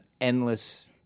endless